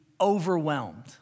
overwhelmed